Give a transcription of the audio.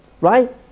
right